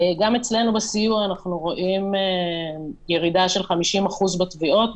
גם אצלנו בסיוע אנחנו רואים ירידה לש 50% בתביעות,